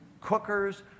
cookers